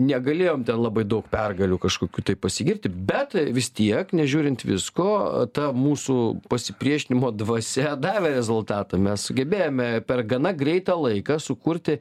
negalėjom ten labai daug pergalių kažkokių tai pasigirti bet vis tiek nežiūrint visko ta mūsų pasipriešinimo dvasia davė rezultatą mes sugebėjome per gana greitą laiką sukurti